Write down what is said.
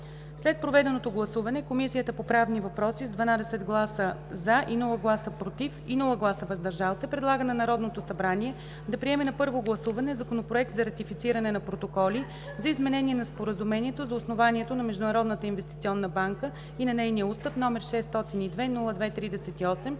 След проведеното гласуване, Комисията по правни въпроси с 12 гласа „за“, без „против“ и „въздържали се“, предлага на Народното събрание да приеме на първо гласуване Законопроект за ратифициране на протоколи за изменение на Споразумението за основанието на Международната инвестиционна банка и на нейния устав, № 602-02-38,